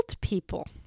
people